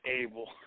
able